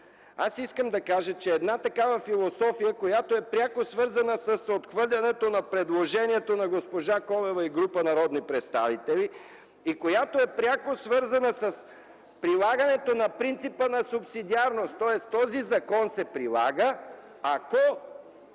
Искам да кажа, че една такава философия, която е пряко свързана с отхвърлянето на предложението на госпожа Колева и група народни представители и която е пряко свързана с прилагането на принципа на субсидиарност, тоест този закон се прилага, ако